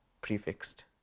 prefixed